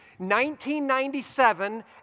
1997